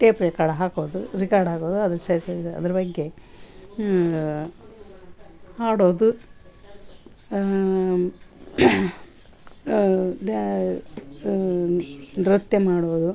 tape record ಹಾಕೋದು record ಹಾಕೋದು ಅದು ಅದ್ರ ಬಗ್ಗೆ ಹಾಡೋದು ಡ್ಯಾ ನೃತ್ಯ ಮಾಡೋದು